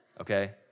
okay